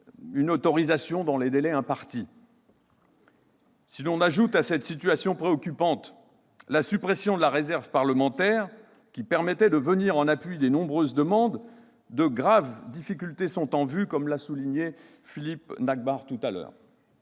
une autorisation dans les délais impartis ... Si l'on ajoute à cette situation préoccupante la suppression de la réserve parlementaire, qui permettait de venir en appui des nombreuses demandes, de graves difficultés sont en vue, comme l'a souligné Philippe Nachbar, parce que